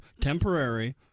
temporary